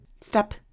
Step